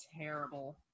terrible